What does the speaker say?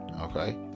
Okay